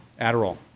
Adderall